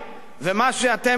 ומה שאתם גורמים,